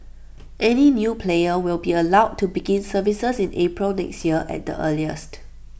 any new player will be allowed to begin services in April next year at the earliest